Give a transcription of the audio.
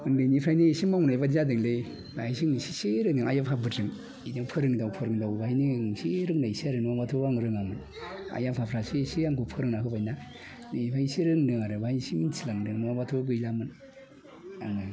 उन्दैनिफ्रायनो इसे मावनाय बायदि जादोंलै दासो इसेसे रोंबाय ओरैनो आइ आफाफोरजों बिदिनो फोरोंदाव फोरोंदावनो बेयावनो इसे रोंनायसै आरो नङाबाथ' आं रोङामोन आइ आफाफ्रासो इसे आंखौ फोरोंना होबायना बेनिफ्रायसो रोंदों आरो मा इसे मिथिलांदों नङाबाथ' गैलामोन आङो